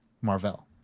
Marvel